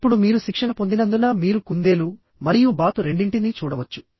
ఇప్పుడు మీరు శిక్షణ పొందినందున మీరు కుందేలు మరియు బాతు రెండింటినీ చూడవచ్చు